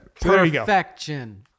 Perfection